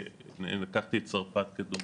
לקחתי את צרפת כדוגמה,